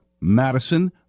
Madison